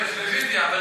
יש רוויזיה,